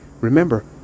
Remember